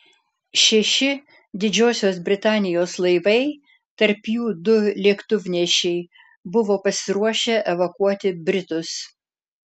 šeši didžiosios britanijos laivai tarp jų du lėktuvnešiai buvo pasiruošę evakuoti britus